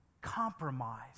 compromise